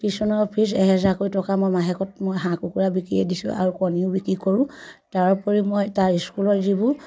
টিউশ্যনৰ ফিজ এহেজাৰকৈ টকা মই মাহেকত মই হাঁহ কুকুৰা বিকিয়ে দিছোঁ আৰু কণীও বিক্ৰী কৰোঁ তাৰোপৰি মই তাৰ স্কুলৰ যিবোৰ